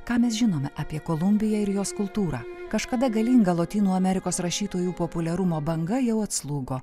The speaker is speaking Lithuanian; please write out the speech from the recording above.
ką mes žinome apie kolumbiją ir jos kultūrą kažkada galinga lotynų amerikos rašytojų populiarumo banga jau atslūgo